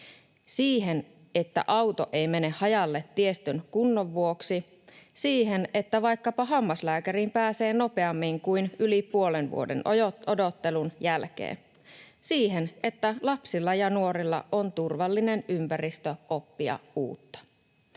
siihen, että auto ei mene hajalle tiestön kunnon vuoksi, siihen, että vaikkapa hammaslääkäriin pääsee nopeammin kuin yli puolen vuoden odottelun jälkeen, siihen, että lapsilla ja nuorilla on turvallinen ympäristö oppia uutta.